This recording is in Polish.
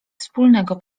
wspólnego